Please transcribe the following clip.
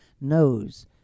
knows